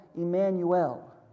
Emmanuel